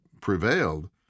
prevailed